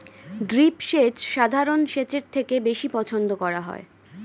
drip সেচ সাধারণ সেচের থেকে বেশি পছন্দ করা হয়